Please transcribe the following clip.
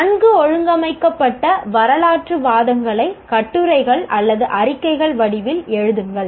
நன்கு ஒழுங்கமைக்கப்பட்ட வரலாற்று வாதங்களை கட்டுரைகள் அல்லது அறிக்கைகள் வடிவில் எழுதுங்கள்